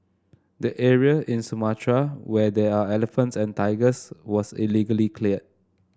the area in Sumatra where there are elephants and tigers was illegally cleared